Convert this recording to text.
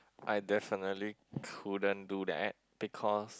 I definitely couldn't do that because